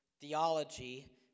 Theology